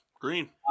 green